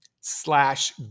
slash